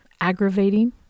aggravating